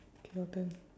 okay your turn